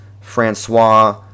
Francois